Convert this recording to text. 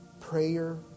Prayer